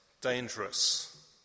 dangerous